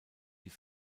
die